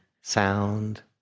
sound